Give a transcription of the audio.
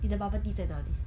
你的 bubble tea 在哪里